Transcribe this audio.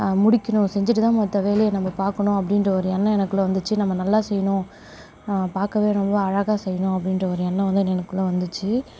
முடிக்கணும் செஞ்சிட்டுதான் மற்ற வேலையே நம்ம பார்க்கணும் அப்படீன்ற ஒரு எண்ணம் எனக்குள்ள வந்திச்சு நம்ம நல்லா செய்யணும் பார்க்கவே ரொம்ப அழகாக செய்யணும் அப்படீன்ற ஒரு எண்ணம் வந்து எனக்குள்ளே வந்திச்சு